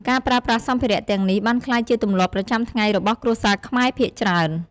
ការប្រើប្រាស់សម្ភារៈទាំងនេះបានក្លាយជាទម្លាប់ប្រចាំថ្ងៃរបស់គ្រួសារខ្មែរភាគច្រើន។